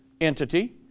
entity